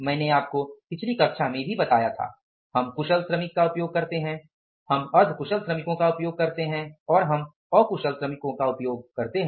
मैंने आपको पिछली कक्षा में भी बताया था हम कुशल श्रमिकों का उपयोग करते हैं हम अर्ध कुशल श्रमिकों का उपयोग करते हैं और हम अकुशल श्रमिकों का उपयोग करते हैं